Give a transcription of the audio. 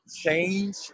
change